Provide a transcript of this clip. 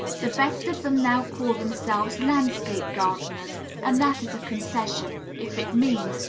the best of them now call themselves landscape gardeners and that is a concession, if it means,